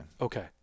Okay